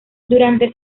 durante